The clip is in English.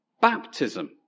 baptism